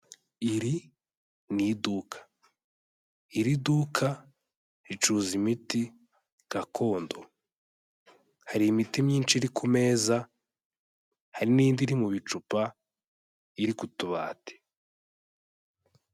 Iri ni iduka, iri duka ricuruza imiti gakondo, hari imiti myinshi iri ku meza, hari n'indi iri mu bicupa iri ku tubati.